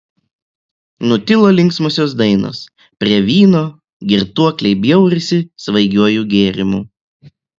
nutilo linksmosios dainos prie vyno girtuokliai bjaurisi svaigiuoju gėrimu